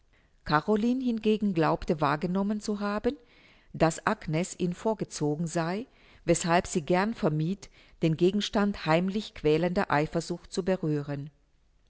caroline hingegen glaubte wahrgenommen zu haben daß agnes ihr vorgezogen sei weßhalb sie gern vermied den gegenstand heimlich quälender eifersucht zu berühren